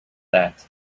that